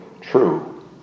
true